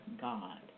God